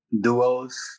duos